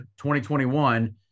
2021